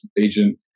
agent